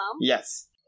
Yes